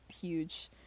huge